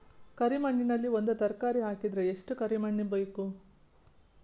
ಕರಿ ಮಣ್ಣಿನಲ್ಲಿ ಒಂದ ತರಕಾರಿ ಹಾಕಿದರ ಎಷ್ಟ ಕರಿ ಮಣ್ಣು ಬೇಕು?